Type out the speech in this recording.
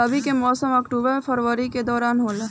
रबी के मौसम अक्टूबर से फरवरी के दौरान होला